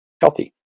healthy